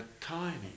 tiny